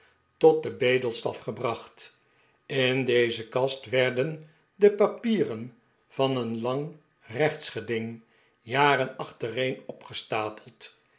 tot den bedelstaf gebracht in deze kast werden de papieren van een lang rechtsgeding jaren achtereen opgestapeld